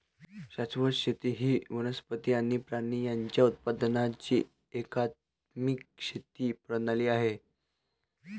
शाश्वत शेती ही वनस्पती आणि प्राणी यांच्या उत्पादनाची एकात्मिक शेती प्रणाली आहे